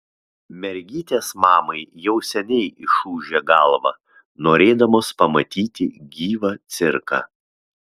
mergytės mamai jau seniai išūžė galvą norėdamos pamatyti gyvą cirką